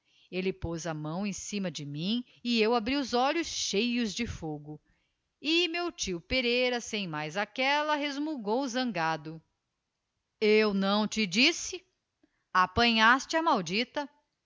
elle poz a mão em cima de mim e eu abri os olhos cheios de fogo e meu tio pereira sem mais aquella resmungou zangado eu não te disse apanhaste a maldita